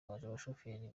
abashoferi